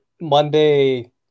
Monday